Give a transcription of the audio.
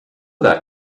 that